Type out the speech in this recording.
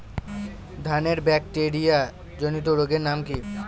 ধানের ব্যাকটেরিয়া জনিত রোগের নাম কি?